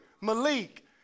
Malik